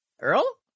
Earl